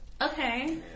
Okay